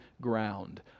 ground